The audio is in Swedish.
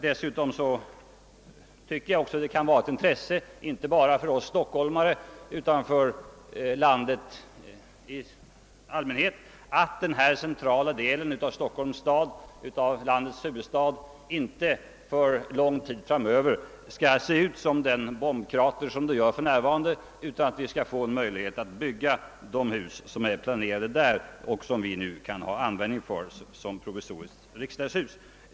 Dessutom tycker jag att det kan vara ett intresse inte bara för oss stockholmare utan även för landet i allmänhet att denna centrala del av landets huvudstad inte för ytterligare lång tid framöver skall se ut som en bombkrater utan att vi skall få möjlighet att bygga de hus som är planerade där och som vi nu kan ha användning för.